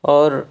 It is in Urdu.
اور